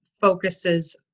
focuses